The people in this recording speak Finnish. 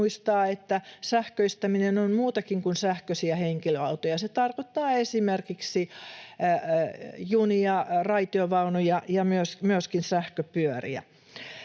muistaa, että sähköistäminen on muutakin kuin sähköisiä henkilöautoja. Se tarkoittaa esimerkiksi junia, raitiovaunuja ja myöskin sähköpyöriä.